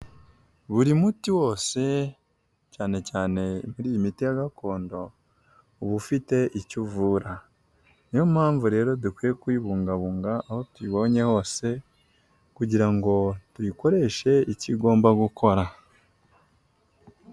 Buri muti wose cyane cyane muri iyi miti ya Gakondo uba ufite icyo uvura, niyo mpamvu rero dukwiye kuyibungabunga aho tuyibonye hose kugira ngo tuyikoreshe icyo igomba gukora.